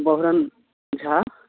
Bahuran Jha